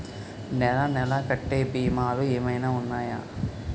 నెల నెల కట్టే భీమాలు ఏమైనా ఉన్నాయా?